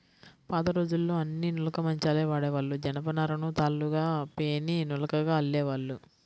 పాతరోజుల్లో అన్నీ నులక మంచాలే వాడేవాళ్ళు, జనపనారను తాళ్ళుగా పేని నులకగా అల్లేవాళ్ళు